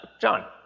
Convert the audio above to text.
John